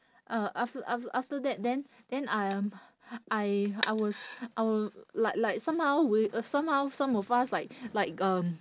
uh aft~ aft~ after that then then I am I I was our like like somehow we somehow some of us like like um